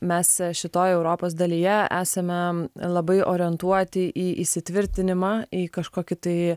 mes šitoj europos dalyje esame labai orientuoti į įsitvirtinimą į kažkokį tai